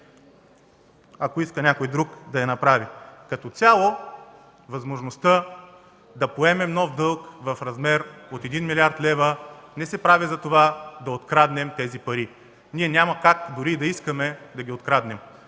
ако иска някой друг, да я направи. Като цяло възможността да поемем нов дълг в размер на един милиард лева не се прави, за да откраднем тези пари. Ние няма как, дори да искаме, да ги откраднем.